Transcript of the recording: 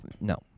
no